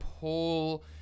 pull